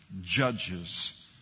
judges